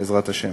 בעזרת השם.